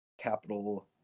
capital